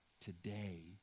Today